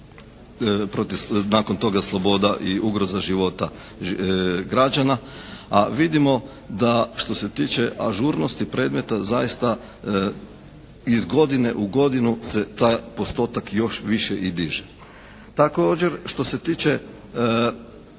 nakon toga sloboda i ugroza života građana a vidimo da što se tiče ažurnosti predmeta zaista iz godine u godinu se taj postotak još više i diže. Također što se tiče,